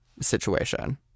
situation